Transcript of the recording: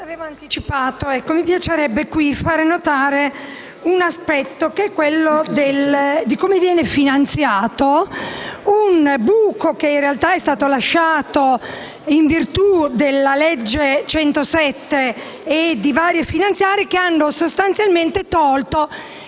mi piacerebbe qui far notare un aspetto, relativo a come viene finanziato un buco che in realtà è stato lasciato in virtù della legge n. 107 e di varie finanziarie, che hanno sostanzialmente tolto